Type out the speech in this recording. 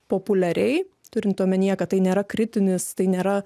populiariai turint omenyje kad tai nėra kritinis tai nėra